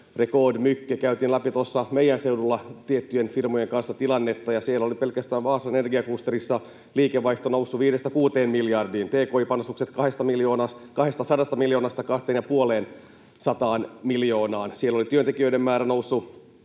rekordmycket. Käytiin läpi meidän seudulla tiettyjen firmojen kanssa tilannetta, ja siellä oli pelkästään Vaasan energiaklusterissa liikevaihto noussut viidestä kuuteen miljardiin, tki-panostukset kahdestasadasta miljoonasta kahteen ja puoleen sataan miljoonaan. Siellä oli työntekijöiden määrä noussut